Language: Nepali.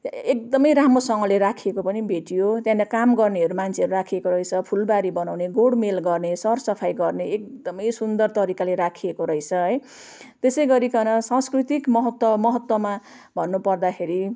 एकदमै राम्रोसँगले राखिएको पनि भेटियो त्यहाँनिर काम गर्नेहरू मान्छेहरू राखिएको रहेछ फुलबारी बनाउने गोडमेल गर्ने सर सफाइ गर्ने एकदमै सुन्दर तरिकाले राखिएको रहेछ है त्यसै गरिकन साँस्कृतिक महत्त्व महत्त्वमा भन्नुपर्दाखेरि